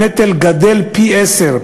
הנטל גדל פי-עשרה,